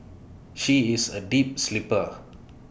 she is A deep sleeper